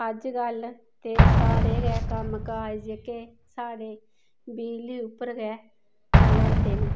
अज्जकल ते सारे गै कम्मकाज जेह्के साढ़े बिजली उप्पर गै चला दे न